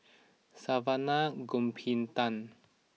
Saravanan Gopinathan